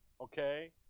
Okay